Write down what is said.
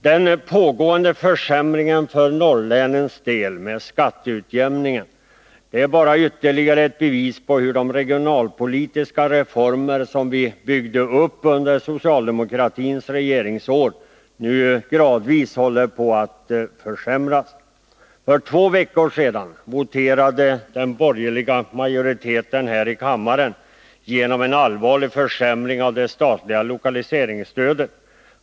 Den pågående försämringen för norrlänens del när det gäller skatteutjämningen är ytterligare ett bevis på hur de regionalpolitiska reformer som vi byggde upp under socialdemokratins regeringsår nu stegvis håller på att raseras. För två veckor sedan voterade den borgerliga majoriteten här i kammaren igenom en allvarlig försämring av det statliga lokaliseringsstödet.